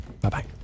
Bye-bye